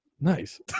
Nice